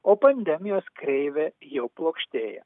o pandemijos kreivė jau plokštėja